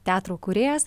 teatro kūrėjas